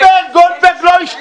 גולדברג.